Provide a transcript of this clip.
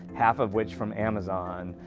half of which from amazon,